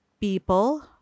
people